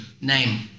name